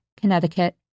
Connecticut